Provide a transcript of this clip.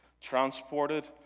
transported